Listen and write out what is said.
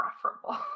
preferable